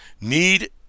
need